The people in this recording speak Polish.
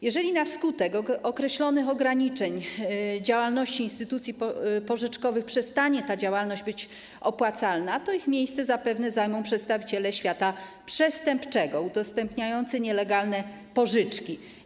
Jeżeli na skutek określonych ograniczeń działalności instytucji pożyczkowych ta działalność przestanie być opłacalna, to ich miejsce zapewne zajmą przedstawiciele świata przestępczego udostępniający nielegalne pożyczki.